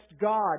God